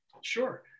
Sure